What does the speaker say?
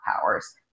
powers